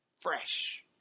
Fresh